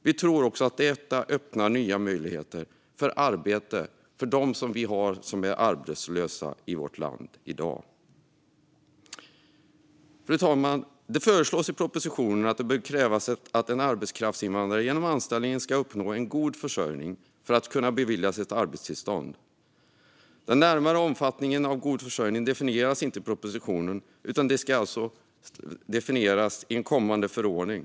Vi tror också att detta öppnar nya möjligheter för arbete för dem som är arbetslösa i vårt land i dag. Fru talman! Det föreslås i propositionen att det ska krävas att en arbetskraftsinvandrare genom anställningen ska uppnå en god försörjning för att kunna beviljas ett arbetstillstånd. Den närmare omfattningen av begreppet god försörjning definieras inte i propositionen utan ska framgå av en kommande förordning.